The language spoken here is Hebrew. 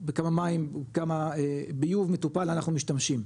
בכמה מים כמה ביוב מטופל אנחנו משתמשים,